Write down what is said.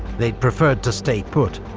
they'd preferred to stay put,